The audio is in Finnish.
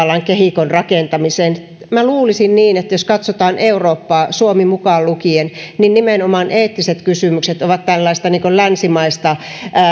kehikon rakentamiseen luulisin niin että jos katsotaan eurooppaa suomi mukaan lukien nimenomaan eettiset kysymykset ovat tällaista länsimaista